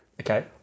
Okay